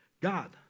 God